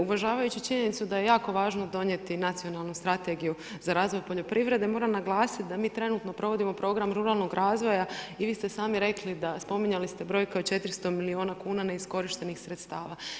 Uvažavajući činjenicu da je jako važno donijeti nacionalu strategiju za razvoj poljoprivrede, moram naglasiti da mi trenutno provodimo Program ruralnog razvoja i vi ste sami rekli spominjali ste brojke od 400 milijuna kuna neiskorištenih sredstava.